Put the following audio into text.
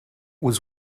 was